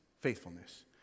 faithfulness